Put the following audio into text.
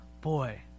boy